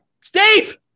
Steve